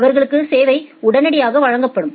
அவர்களுக்கு சேவை உடனடியாக வழங்கப்படும்